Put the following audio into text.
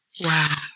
Wow